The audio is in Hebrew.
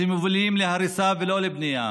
שמובילים להריסה ולא לבנייה,